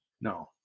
No